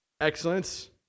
excellence